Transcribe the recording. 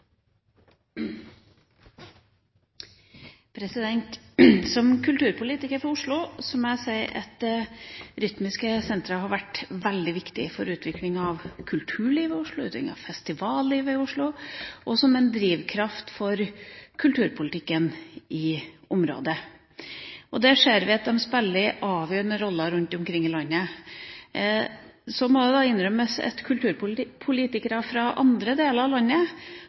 Som kulturpolitiker for Oslo må jeg si at de rytmiske sentrene har vært veldig viktige for utviklinga av kulturlivet i Oslo, for festivallivet i Oslo og som en drivkraft for kulturpolitikken i området. Der ser vi at de spiller en avgjørende rolle rundt omkring i landet. Det må også innrømmes at kulturpolitikere fra andre deler av landet